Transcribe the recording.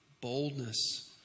boldness